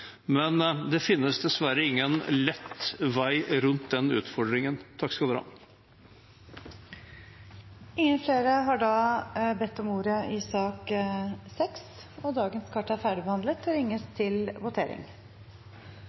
men det finnes dessverre ingen lett vei rundt den utfordringen. Flere har ikke bedt om ordet til sak nr. 6. Stortinget er da klar til å gå til votering.